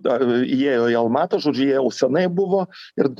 dar įėjo į almatą žodžiu jie jau seniai buvo ir